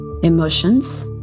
Emotions